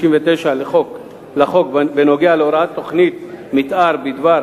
99 לחוק בעניין ההוראה בתוכנית מיתאר בדבר